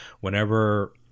Whenever